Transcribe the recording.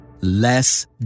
Less